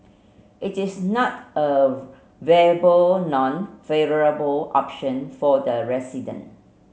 it is not a viable nor favourable option for the resident